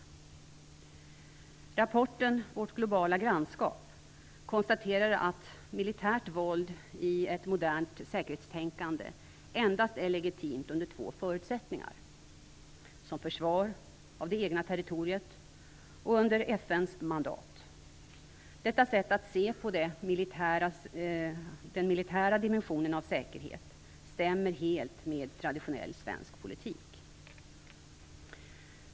I rapporten Vårt globala grannskap konstateras att militärt våld i ett modernt säkerhetstänkande är legitimt endast under två förutsättningar: som försvar av det egna territoriet eller under FN:s mandat. Detta sätt att se på den militära dimensionen av säkerhet stämmer helt med traditionell svensk politik.